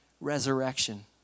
resurrection